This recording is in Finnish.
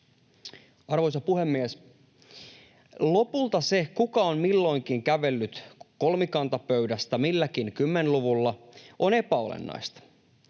Arvoisa puhemies! Lopulta se, kuka on milloinkin kävellyt kolmikantapöydästä milläkin kymmenluvulla, on epäolennaista.